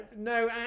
no